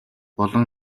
болон